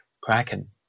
Kraken